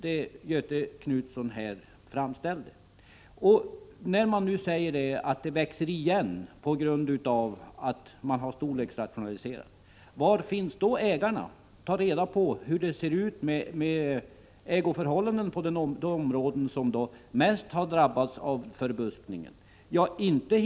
Det Göthe Knutson här framförde var alltså inte riktigt. Han säger att det växer igen på grund av att man har storleksrationaliserat. Jag frågar: Var finns då ägarna? Tag reda på hur det ser ut med ägarförhållandena beträffande de områden som mest drabbas av förbuskning.